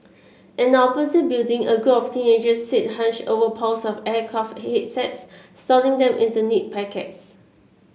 in the opposite building a group of teenagers sit hunched over piles of aircraft headsets slotting them into neat packets